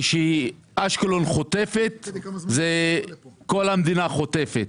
כשאשקלון חוטפת, כל המדינה חוטפת.